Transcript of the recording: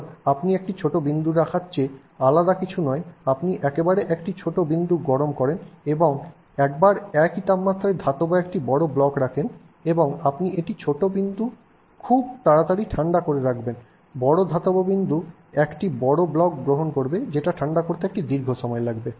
আপনি একটি ছোট বিন্দু রাখার চেয়ে আলাদা কিছু নয় আপনি একবারে একটি ছোট বিন্দু গরম করেন এবং একবার একই তাপমাত্রায় ধাতব একটি বড় ব্লক রাখেন এবং আপনি এটি ছোট বিন্দু খুব তাড়াতাড়ি ঠান্ডা করে রাখবেন বড় ধাতব বিন্দু একটি বড় ব্লক গ্রহণ করবে যেটা ঠান্ডা করতে একটি দীর্ঘ সময় লাগবে